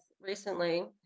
recently